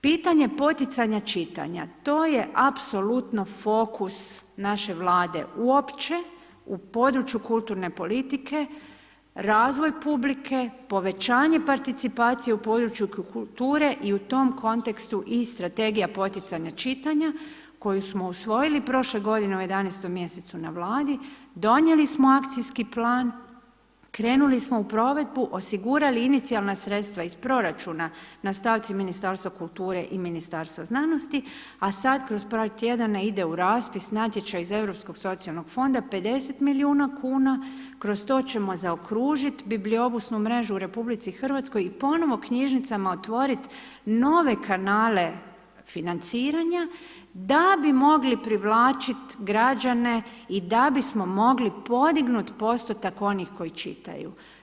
Pitanje poticanja čitanja, to je apsolutno fokus naše Vlade uopće u području kulturne politike, razvoj publike, povećanje participacije u području kulture i u tom kontekstu i strategija poticanja čitanja koju smo usvojili prošle godine u 11 mjesecu na Vladi, donijeli smo akcijski plan, krenuli smo u provedbu, osigurali inicijalna sredstva iz proračuna na stavci Ministarstva kulture i Ministarstva znanosti a sad kroz par tjedana ide u raspis natječaj iz Europskog socijalnog fonda 50 milijuna kuna, kroz to ćemo zaokružiti bibliobusnu mrežu RH i ponovno knjižnicama otvoriti nove kanale financiranja da bi mogli privlačiti građane i da bismo mogli podignuti postotak onih koji čitaju.